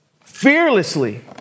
fearlessly